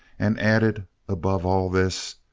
and added above all this,